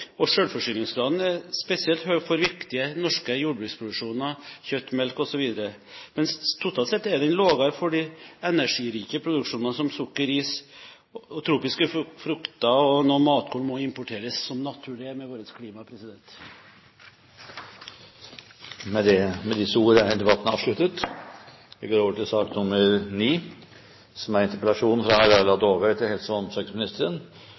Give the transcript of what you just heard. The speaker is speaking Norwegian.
2010. Selvforsyningsgraden er spesielt høy for viktige norske jordbruksproduksjoner – kjøtt, melk, osv. – mens totalt sett er den lavere for de energirike produksjonene som sukker, ris og tropiske frukter, og noe matkorn må importeres, som naturlig er med vårt klima. Med disse ord er interpellasjonsdebatten avsluttet.